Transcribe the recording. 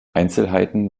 einzelheiten